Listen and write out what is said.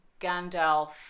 Gandalf